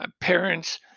Parents